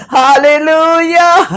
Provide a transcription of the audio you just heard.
hallelujah